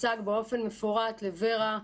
הוצג באופן מפורט לור"ה.